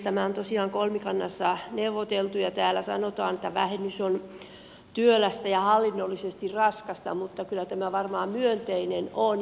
tämä on tosiaan kolmikannassa neuvoteltu ja täällä sanotaan että vähennys on työlästä ja hallinnollisesti raskasta mutta kyllä tämä varmaan myönteinen on